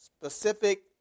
specific